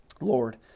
Lord